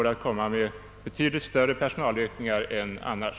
Då kanske vi kan få betydligt större personalökningar än hittills.